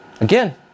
Again